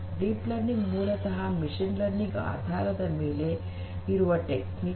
deep learning ಮೂಲತಃ machine learning ಆಧಾರದ ಮೇಲೆ ಇರುವ ತಂತ್ರಗಳು